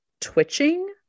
twitching